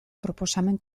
proposamen